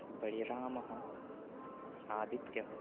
बळिरामः आदित्यः